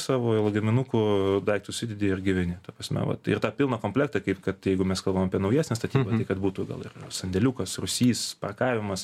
savo lagaminuku daiktus į didįjį ir gyveni ta prasme vat ir tą pilną komplektą kaip kad jeigu mes kalbam apie naujesnę statybą tai kad būtų gal ir sandėliukas rūsys parkavimas